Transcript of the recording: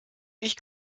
ich